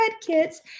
kits